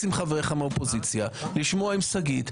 עם חבריך מהאופוזיציה ולשמוע את שגית.